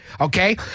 okay